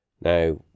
Now